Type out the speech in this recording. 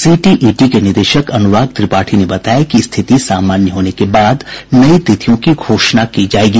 CTET के निदेशक अनुराग त्रिपाठी ने बताया कि स्थिति सामान्य होने के बाद नयी तिथियों की घोषणा की जायेगी